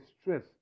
stress